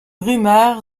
rumeur